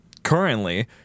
Currently